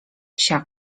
psia